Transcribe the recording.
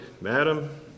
Madam